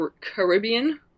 Caribbean